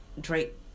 Drake